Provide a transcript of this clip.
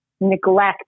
neglect